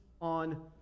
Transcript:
on